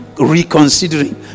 reconsidering